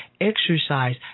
exercise